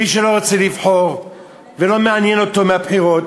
מי שלא רוצה לבחור ולא מעניינות אותו הבחירות,